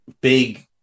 big